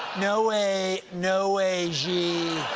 no way. no way, xi.